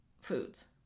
foods